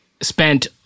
spent